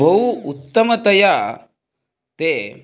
बहु उत्तमतया ते